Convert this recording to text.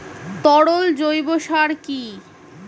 তরল জৈব সার কি?